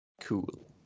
Cool